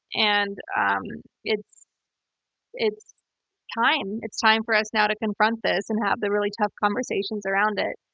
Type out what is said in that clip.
and ah um it's it's time. it's time for us now to confront this and have the really tough conversations around it.